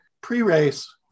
pre-race